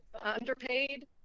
underpaid